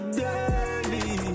daily